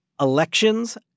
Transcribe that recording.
elections